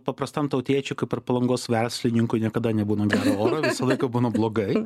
paprastam tautiečiui kaip ir palangos verslininkui niekada nebūna gero oro visą laiką būna blogai